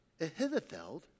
Ahithophel